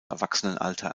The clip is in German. erwachsenenalter